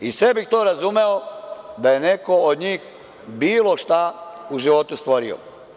Sve bih to razumeo da je neko od njih bilo šta u životu stvorio.